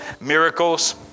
Miracles